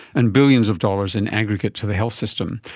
and billions of dollars in aggregate to the health system.